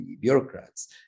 bureaucrats